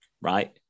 right